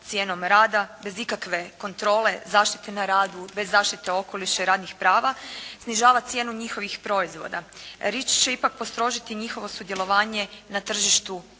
cijenom rada bez ikakve kontrole, zaštite na radu, bez zaštite okoliša i radnih prava snižava cijenu njihovih proizvoda. REACH će ipak postrožiti njihovo sudjelovanje na tržištu